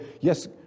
yes